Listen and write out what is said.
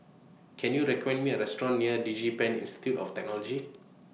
Can YOU recommend Me A Restaurant near Digipen Institute of Technology